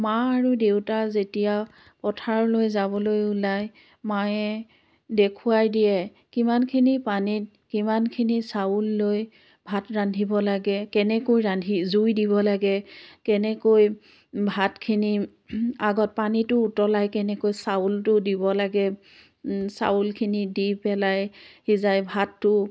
মা আৰু দেউতা যেতিয়া পথাৰলৈ যাবলৈ ওলায় মায়ে দেখুৱাই দিয়ে কিমানখিনি পানীত কিমানখিনি চাউল লৈ ভাত ৰান্ধিব লাগে কেনেকৈ ৰান্ধি জুই দিব লাগে কেনেকৈ ভাতখিনি আগত পানীটো উতলাই কেনেকৈ চাউলটো দিব লাগে চাউলখিনি দি পেলাই সিজাই ভাতটো